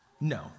No